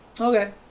Okay